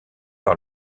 par